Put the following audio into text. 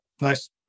nice